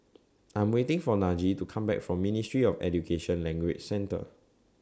I'm waiting For Najee to Come Back from Ministry of Education Language Centre